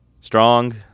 strong